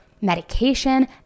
medication